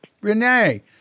Renee